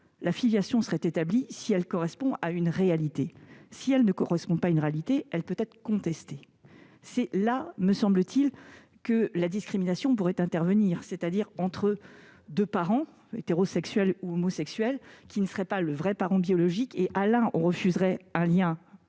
la filiation est établie si elle correspond à une réalité. Si tel n'est pas le cas, elle peut être contestée. C'est là, me semble-t-il, que la discrimination pourrait intervenir, c'est-à-dire entre deux parents, hétérosexuels ou homosexuels, dont l'un ne serait pas le vrai parent biologique : à l'un on refuserait un lien